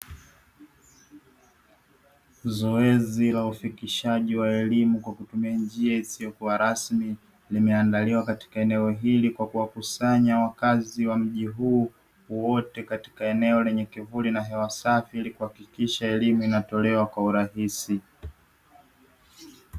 Zoezi la ufikishaji wa elimu kwa kutumia njia isiyokuwa rasmi limeandaliwa katika eneo hili kwa kuwakusanya wakazi wa mji huu wote katika eneo lenye kivuli na hewa safi, ili kuhakikisha elimu inatolewa kwa urahisi.